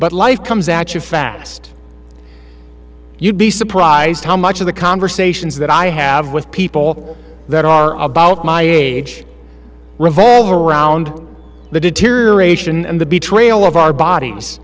but life comes actually fast you'd be surprised how much of the conversations that i have with people that are about my age revolve around the deterioration and the b trail of our bodies